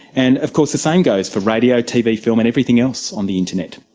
and of course the same goes for radio, tv, film and everything else on the internet.